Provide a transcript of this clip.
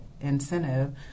incentive